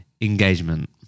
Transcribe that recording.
engagement